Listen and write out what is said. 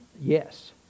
yes